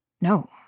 No